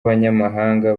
abanyamahanga